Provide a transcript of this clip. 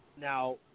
Now